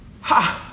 Ha